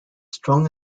strong